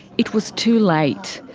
it was too late.